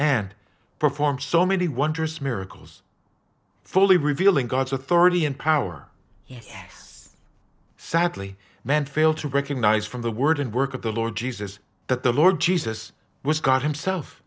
and perform so many wonders miracles fully revealing god's authority and power he has sadly men fail to recognize from the word and work of the lord jesus that the lord jesus was god himself